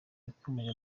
yakomeje